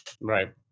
Right